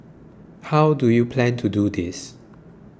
how do you plan to do this